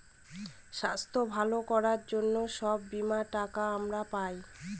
স্বাস্থ্য ভালো করার জন্য সব বীমার টাকা আমরা পায়